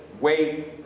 wait